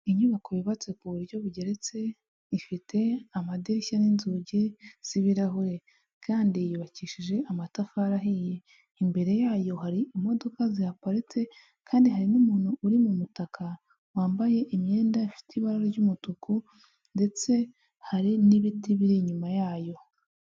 Inyubako yubatse ku buryo bugeretse, ifite amadirishya n'inzugi z'ibirahure kandi yubakishije amatafari ahiye. Imbere yayo hari imodoka zihaparitse kandi hari n'umuntu uri mu mutaka, wambaye imyenda ifite ibara ry'umutuku ndetse hari n'ibiti biri inyuma yayo.